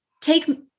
take